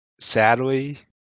Sadly